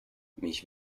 mich